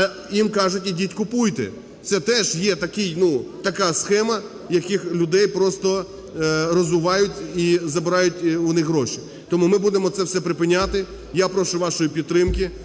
їм кажуть: "Ідіть, купуйте". Це теж є такий, ну, така схема, яких людей просто роззувають і забирають у них гроші. Тому ми будемо це все припиняти. Я прошу вашої підтримки.